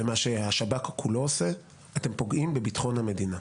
ומה שהשב"כ כולו עושה, אתם פוגעים בביטחון המדינה.